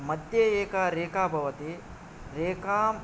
मध्ये एका रेखा भवति रेखाम्